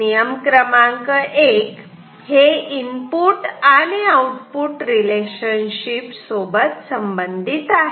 नियम क्रमांक एक हे इनपुट आणि आउटपुट रिलेशनशिप संबंधित आहे